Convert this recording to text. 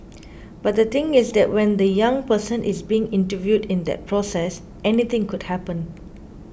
but the thing is that when the young person is being interviewed in that process anything could happen